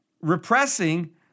repressing